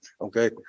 Okay